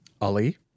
Ali